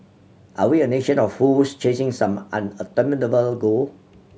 are we a nation of fools chasing some unobtainable goal